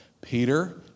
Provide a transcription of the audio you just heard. Peter